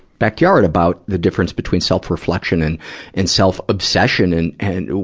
backyard about the difference between self-refection and and self-obsessions. and, and,